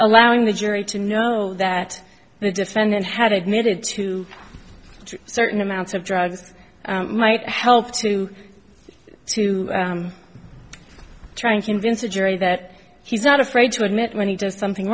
allowing the jury to know that the defendant had admitted to certain amounts of drugs might help to trying to convince a jury that he's not afraid to admit when he does something